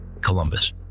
Columbus